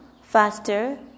faster